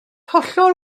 hollol